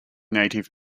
native